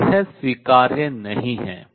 और यह स्वीकार्य नहीं है